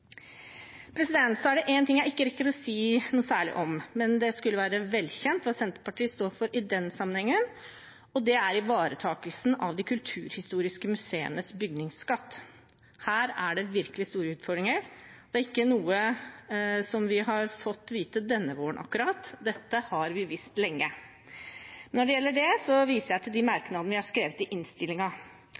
Så er det en ting jeg ikke rekker å si noe særlig om, men det skulle være velkjent hva Senterpartiet står for i den sammenhengen, og det er ivaretakelsen av de kulturhistoriske museenes bygningsskatt. Her er det virkelig store utfordringer, og det er ikke akkurat noe vi har fått vite denne våren – dette har vi visst lenge. Når det gjelder det, viser jeg til de merknadene vi har skrevet i